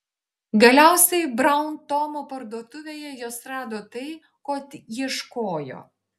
galiausiai braun tomo parduotuvėje jos rado tai ko ieškojo